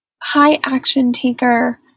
high-action-taker